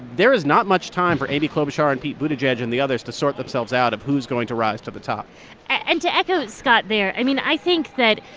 there is not much time for amy klobuchar and pete buttigieg and the others to sort themselves out of who's going to rise to the top and to echo scott there, i mean, i think that,